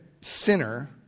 sinner